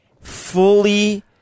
Fully